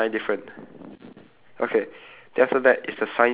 then after that will be the girl pushing the bicycle